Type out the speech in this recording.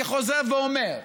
אני חוזר ואומר: